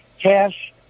cash